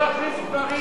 לא אכניס גברים.